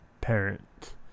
Parent